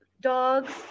dogs